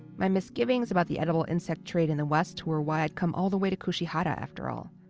my misgivings about the edible insect trade in the west were why i'd come all the way to kushihara, after all.